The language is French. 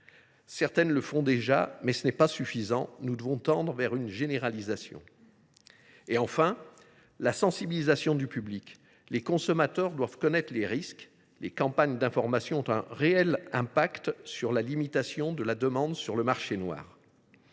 Certaines le font déjà, mais ce n’est pas suffisant. Nous devons tendre vers une généralisation. Enfin, il faut sensibiliser le public. Les consommateurs doivent connaître les risques. Les campagnes d’information ont un réel impact sur la limitation de la demande sur le marché noir.